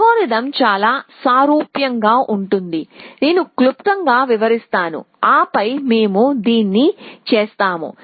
algorithm చాలా సారూప్యంగా ఉంటుంది నేను క్లుప్తంగా వివరిస్తాను ఆపై మేము దీన్ని చేస్తాము